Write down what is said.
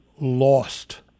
lost